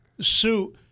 Sue